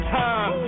time